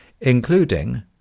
including